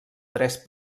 tres